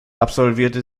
absolvierte